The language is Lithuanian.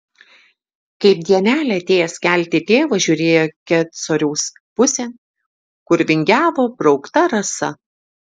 kaip dienelė atėjęs kelti tėvas žiūrėjo kecoriaus pusėn kur vingiavo braukta rasa